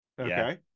Okay